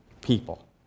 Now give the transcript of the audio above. People